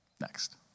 Next